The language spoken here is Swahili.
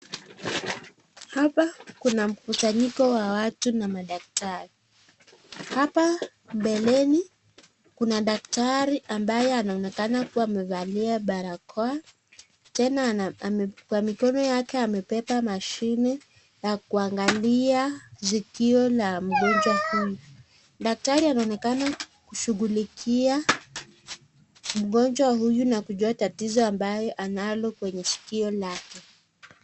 Hapa kuna mkusanyiko wa watu na madaktari, hapa mbeleni kuna daktari ambaye anaonekana kuwa amevalia barakoa, tena kwa mikono yake amebeba mashini ya kuangalia sikio la mgonjwa huyu, daktari anaonekana kushukulikia mgonjwa huyu na kujua tatizo ambao analo kwa sikio lake.